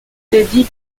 teddy